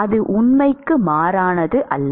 அது உண்மைக்கு மாறானது அல்ல